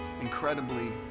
incredibly